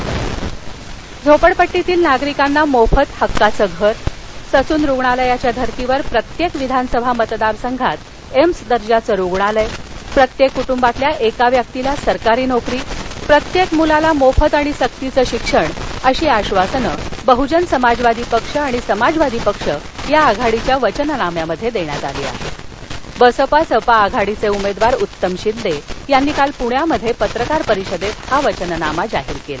वचननामा झोपडपट्टीतील नागरिकांना मोफत हक्काचं घर ससून रुग्णालयाच्या धर्तीवर प्रत्यक्तीविधानसभा मतदारसंघात एम्स दर्जाचं रुग्णालय प्रत्यक्त कुट्र्वातील एका व्यक्तीस सरकारी नोकरी प्रत्यक्त मुलाला मोफत आणि सक्तीचं शिक्षण अशी आश्वासनं बहुजन समाजवादी पक्ष आणि समाजवादी पक्ष या आघाडीच्या वचननाम्यामध्यविखित आली आहृत्त बसपा सपा आघाडीच उमिद्वार उत्तम शिंदर्धानी काल पुण्यात पत्रकार परिषदर्धाहा वचननामा जाहीर कला